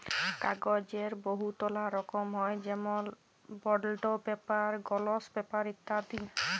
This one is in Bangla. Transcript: কাগ্যজের বহুতলা রকম হ্যয় যেমল বল্ড পেপার, গলস পেপার ইত্যাদি